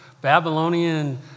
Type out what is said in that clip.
Babylonian